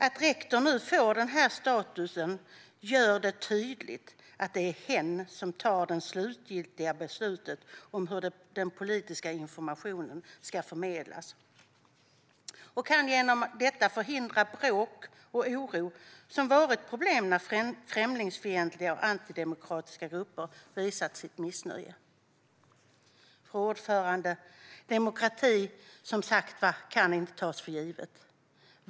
Att rektor nu får denna status gör det tydligt att det är hen som tar det slutgiltiga beslutet om hur den politiska informationen ska förmedlas. Man kan genom detta förhindra bråk och oro, som varit problem när främlingsfientliga och antidemokratiska grupper har visat sitt missnöje. Fru talman! Demokrati kan som sagt inte tas för givet.